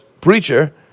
preacher